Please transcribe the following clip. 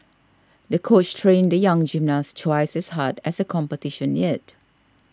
the coach trained the young gymnast twice as hard as the competition neared